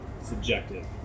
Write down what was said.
subjective